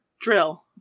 Drill